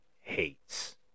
hates